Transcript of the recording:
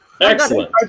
Excellent